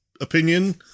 opinion